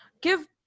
give